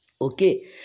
Okay